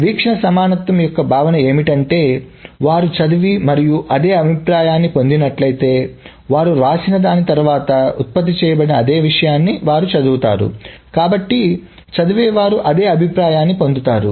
వీక్షణ సమానత్వం యొక్క భావన ఏమిటంటే వారు చదివి మరియు అదే అభిప్రాయాన్ని పొందినట్లయితే వారు వ్రాసిన దాని ద్వారా ఉత్పత్తి చేయబడిన అదే విషయాన్ని వారు చదువుతారు కాబట్టి చదివేవారు అదే అభిప్రాయాన్ని పొందుతారు